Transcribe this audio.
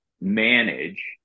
manage